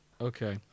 Okay